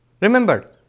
Remember